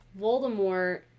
Voldemort